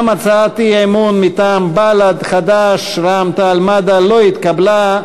גם הצעת האי-אמון מטעם בל"ד חד"ש רע"ם-תע"ל-מד"ע לא התקבלה.